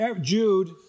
Jude